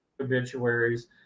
obituaries